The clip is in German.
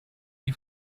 die